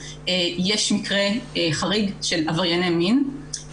יש מקרה חריג של עברייני מין,